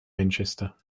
manchester